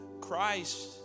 Christ